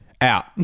Out